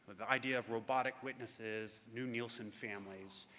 the idea of robotic witnesses, new nielsen families.